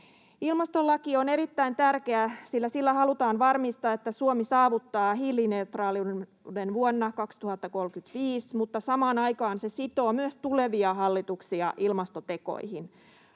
Ilmastolaki on erittäin tärkeä, sillä sillä halutaan varmistaa, että Suomi saavuttaa hiilineutraaliuden vuonna 2035, mutta samaan aikaan se sitoo myös tulevia hallituksia ilmastotekoihin.